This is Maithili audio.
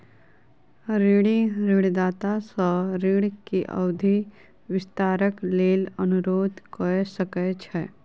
ऋणी ऋणदाता सॅ ऋण के अवधि विस्तारक लेल अनुरोध कय सकै छै